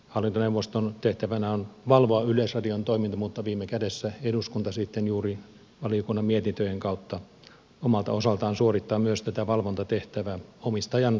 hallintoneuvoston tehtävänä on valvoa yleisradion toimintaa mutta viime kädessä eduskunta sitten juuri valiokunnan mietintöjen kautta omalta osaltaan suorittaa myös tätä valvontatehtävää omistajan oikeudella